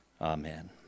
Amen